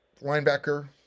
linebacker